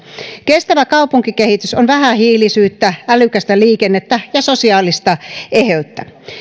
kestävä kaupunkikehitys on vähähiilisyyttä älykästä liikennettä ja sosiaalista eheyttä